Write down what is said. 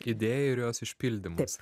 idėja ir jos išpildymas